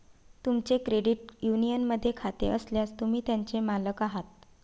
तुमचे क्रेडिट युनियनमध्ये खाते असल्यास, तुम्ही त्याचे मालक आहात